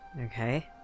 Okay